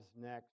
next